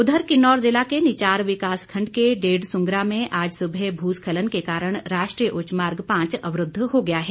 उधर किन्नौर जिला के निचार विकास खंड के डेढ़ सुंगरा में आज सुबह भू स्खलन के कारण राष्ट्रीय उच्चमार्ग पांच अवरूद्व हो गया है